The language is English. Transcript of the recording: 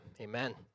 amen